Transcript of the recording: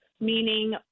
meaning